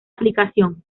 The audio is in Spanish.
aplicación